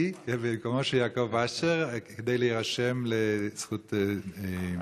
במקומו של יעקב אשר כדי להירשם לזכות בנאום בן דקה,